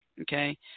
Okay